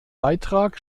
beitrag